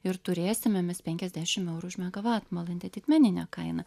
ir turėsimomis penkiasdešimty eurų už megavatvalandę didmeninę kainą